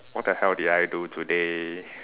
what the hell did I do today